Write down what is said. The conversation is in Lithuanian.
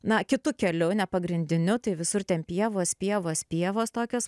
na kitu keliu ne pagrindiniu tai visur ten pievos pievos pievos tokios